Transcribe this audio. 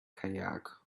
kayak